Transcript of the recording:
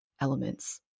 elements